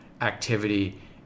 activity